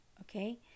okay